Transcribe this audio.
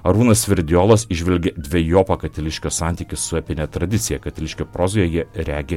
arūnas sverdiolas įžvelgė dvejopą katiliškio santykį su epine tradicija katiliškio prozoje jie regi